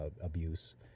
abuse